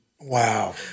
Wow